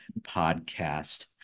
podcast